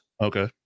Okay